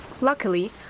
Luckily